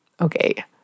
okay